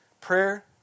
Prayer